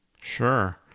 sure